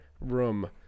room